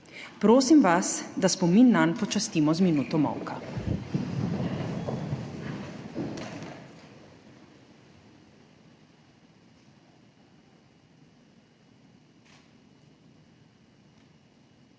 Prosim vas, da spomin nanj počastimo z minuto molka.